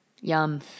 Yum